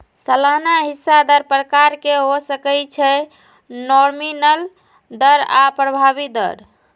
सलाना हिस्सा दर प्रकार के हो सकइ छइ नॉमिनल दर आऽ प्रभावी दर